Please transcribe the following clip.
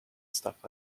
stuff